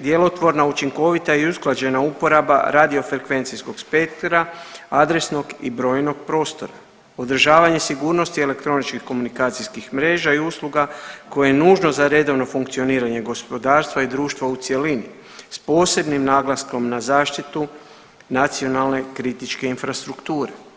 djelotvorna, učinkovita i usklađena uporaba radio frekvencijskog spektra, adresnog i brojnog prostora, održavanje sigurnosti elektroničkih komunikacijskih mreža i usluga koje je nužno za redovno funkcioniranje gospodarstva i društva u cijelini s posebnim naglaskom na zaštitu nacionalne kritičke infrastrukture.